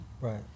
Right